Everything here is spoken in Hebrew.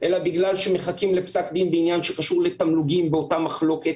אלא בגלל שמחכים לפסק דין בעניין שקשור לתמלוגים באותה מחלוקת.